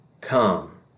come